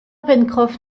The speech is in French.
pencroff